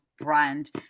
brand